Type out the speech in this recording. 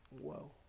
Whoa